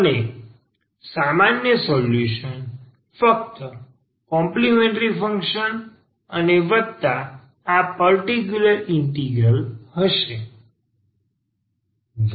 અને સામાન્ય સોલ્યુશન ફક્ત કોમ્પલિમેન્ટ્રી ફંક્શન અને વત્તા આ પર્ટીકયુલર ઇન્ટિગ્રલ હશે